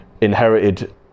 inherited